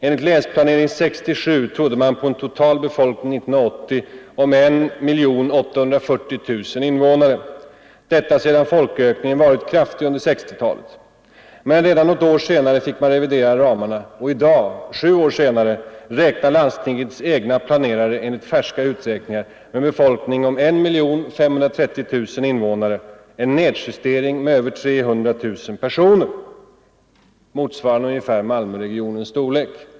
Enligt Länsplanering 1967 trodde man på en total befolkning 1980 på 1 840 000 invånare, detta sedan folkökningen varit kraftig under 1960-talet. Men redan något år senare fick man revidera ramarna, och i dag, sju år senare, räknar landstingets egna planerare, enligt färska uträkningar, med en befokning på 1 530 000 invånare — en nedjustering med över 300 000 personer, motsvarande ungefär Malmöregionens storlek.